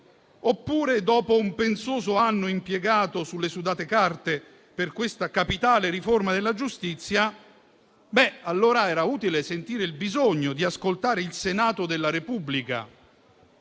oppure, dopo un pensoso anno impiegato sulle sudate carte per questa capitale riforma della giustizia, sarebbe stato utile sentire il bisogno di ascoltare il Senato della Repubblica;